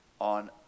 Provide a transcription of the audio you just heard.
on